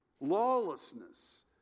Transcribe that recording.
Lawlessness